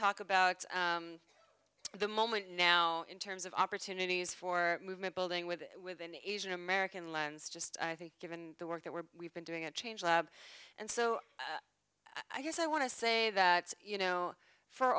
talk about the moment now in terms of opportunities for movement building with within asian american lands just i think given the work that we're we've been doing a change lab and so i guess i want to say that you know for